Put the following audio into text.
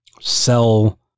sell